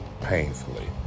painfully